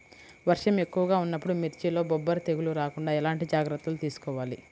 వర్షం ఎక్కువగా ఉన్నప్పుడు మిర్చిలో బొబ్బర తెగులు రాకుండా ఎలాంటి జాగ్రత్తలు తీసుకోవాలి?